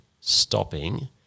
stopping